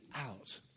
out